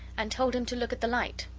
and told him to look at the light.